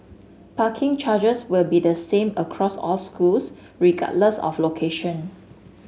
parking charges will be the same across all schools regardless of location